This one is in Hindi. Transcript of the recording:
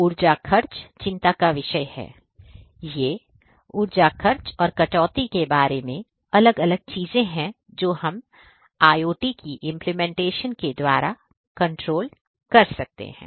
ऊर्जा खर्च चिंता का विषय है ये ऊर्जा खर्च और कटौती के बारे में अलग अलग चीजें हैं जो हम IOT की इंप्लीमेंटेशन के द्वारा कंट्रोल कर सकते हैं